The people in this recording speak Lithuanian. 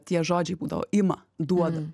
tie žodžiai būdavo ima duoda